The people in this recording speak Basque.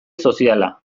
soziala